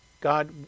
God